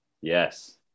Yes